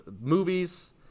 movies